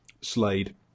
Slade